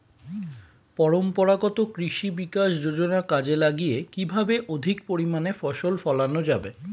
পরম্পরাগত কৃষি বিকাশ যোজনা কাজে লাগিয়ে কিভাবে অধিক পরিমাণে ফসল ফলানো যাবে?